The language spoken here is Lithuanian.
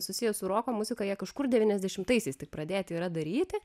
susiję su roko muzika jie kažkur devyniasdešimtaisiais tik pradėti yra daryti